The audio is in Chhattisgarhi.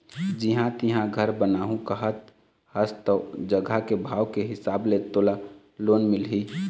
जिहाँ तेंहा घर बनाहूँ कहत हस ओ जघा के भाव के हिसाब ले तोला लोन मिलही